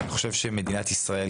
אני חושב שמדינת ישראל,